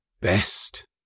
best